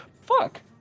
Fuck